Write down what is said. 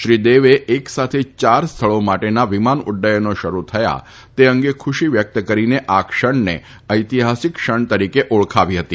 શ્રી દેવે એક સાથે ચાર સ્થળો માટેના વિમાન ઉફયનો શરૂ થયા તે અંગે ખુશી વ્યક્ત કરીને આ ક્ષણને ઐતિહાસિક ક્ષણ તરીકે ઓળખાવી હતી